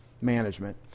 management